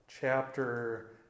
chapter